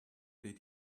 did